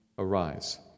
Arise